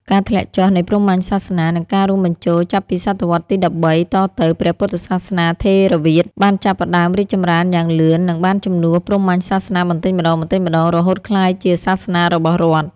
ការធ្លាក់ចុះនៃព្រហ្មញសាសនា និងការរួមបញ្ចូលចាប់ពីសតវត្សរ៍ទី ១៣ តទៅ ព្រះពុទ្ធសាសនាថេរវាទ បានចាប់ផ្ដើមរីកចម្រើនយ៉ាងលឿន និងបានជំនួសព្រហ្មញ្ញសាសនាបន្តិចម្ដងៗ រហូតក្លាយជាសាសនារបស់រដ្ឋ។